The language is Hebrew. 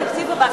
על התקציב הבא.